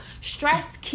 stress